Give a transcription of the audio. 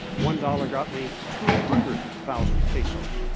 one dollar got me two hundred thousand pesos.